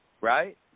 Right